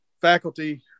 faculty